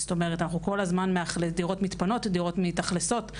זאת אומרת שכל הזמן דירות מתפנות דירות מתאכלסות,